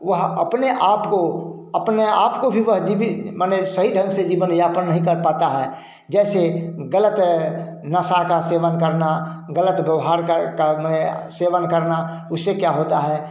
वह अपने आपको अपने आपको भी वह जीवित माने सही ढंग से जीवन यापन नहीं कर पाता है जैसे गलत नशा का सेवन करना गलत व्यवहार का का मने आ सेवन करना उससे क्या होता है